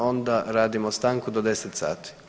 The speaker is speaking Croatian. Onda radimo stanku do 10 sati.